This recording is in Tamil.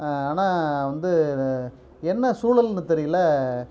ஆனால் வந்து என்ன சூழலல்னு தெரியல